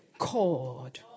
called